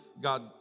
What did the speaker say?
God